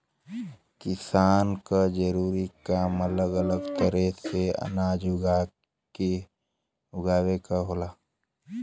किसान क जरूरी काम अलग अलग तरे से अनाज उगावे क होला